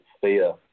fear